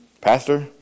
Pastor